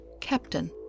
Captain